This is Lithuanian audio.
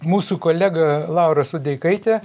mūsų kolega laura sudeikaitė